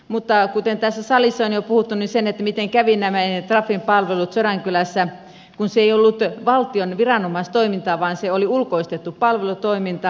mutta kuten tässä salissa on jo puhuttu niin miten kävi näille trafin palveluille sodankylässä kun se ei ollut valtion viranomaistoimintaa vaan se oli ulkoistettu palvelutoiminta